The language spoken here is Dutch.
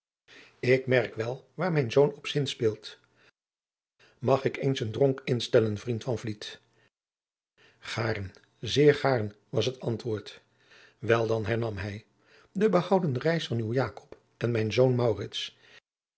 ik merk wel waar mijn zoon op zinfpeelt mag ik eens een dronk instellen vriend van vliet gaarn zeer gaarn was het antwoord wel dan hernam hij de behouden reis van uw jakob en mijn zoon